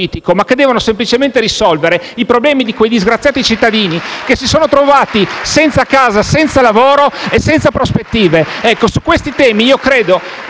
ma che devono semplicemente risolvere i problemi di quei disgraziati cittadini che si sono trovati senza casa, senza lavoro e senza prospettive. *(Applausi dai Gruppi